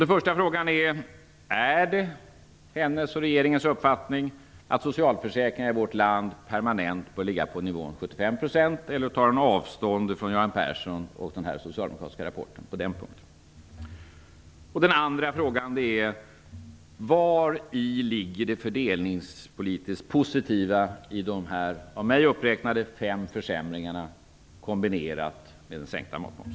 Den första frågan är: Är det Anna Hedborgs och regeringens uppfattning att socialförsäkringarna i vårt land permanent bör ligga på nivån 75 %, eller tar hon avstånd från Göran Persson och den socialdemokratiska rapporten på den punkten? Den andra frågan är: Vari ligger det fördelningspolitiskt positiva i de här av mig uppräknade fem försämringarna kombinerat med den sänkta matmomsen?